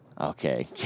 Okay